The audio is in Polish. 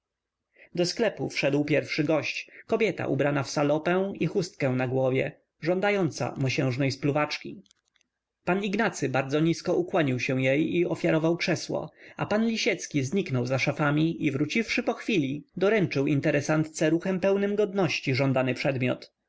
do sklepu wszedł pierwszy gość kobieta ubrana w salopę i chustkę na głowie żądająca mosiężnej spluwaczki pan ignacy bardzo nisko ukłonił się jej i ofiarował krzesło a pan lisiecki zniknął za szafami i wróciwszy po chwili doręczył interesantce ruchem pełnym godności żądany przedmiot